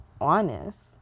honest